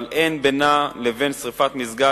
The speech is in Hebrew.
אבל אין בינה לבין שרפת מסגד,